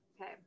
Okay